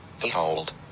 behold